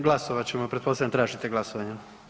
Glasovat ćemo, pretpostavljam tražite glasovanje.